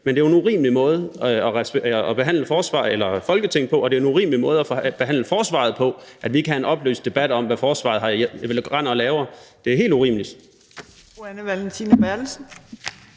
og det er en urimelig måde at behandle forsvaret på, at vi ikke kan have en oplyst debat om, hvad forsvaret render og laver. Det er helt urimeligt.